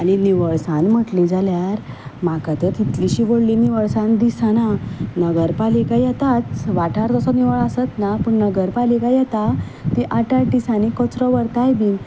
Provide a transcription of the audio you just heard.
आनी निवळसाण म्हटली जाल्यार म्हाका तर तितलीशी व्हडली निवळसाण दिसना नगरपालिका येताच वाठार असो निवळ आसच ना पूण नगरपालिका येता ती आठ आठ दिसांनी कचरो व्हरताय बीन